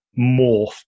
morph